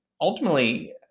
ultimately